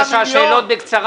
--- מיכל בירן, שאלות בקצרה.